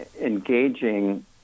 engaging